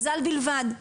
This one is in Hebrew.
מזל בלבד.